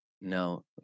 No